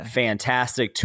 fantastic